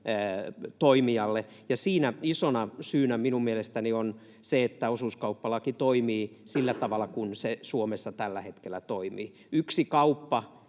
toimijalle, ja siinä isona syynä mielestäni on se, että osuuskauppalaki toimii sillä tavalla kuin se Suomessa tällä hetkellä toimii. Yksi kauppa